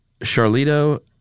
Charlito